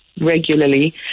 Regularly